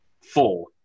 four